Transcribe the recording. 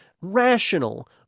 Rational